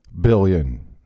billion